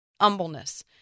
humbleness